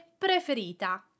preferita